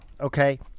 okay